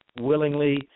willingly